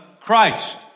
Christ